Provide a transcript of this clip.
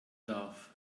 darf